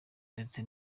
ndetse